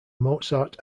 mozart